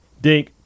dink